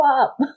up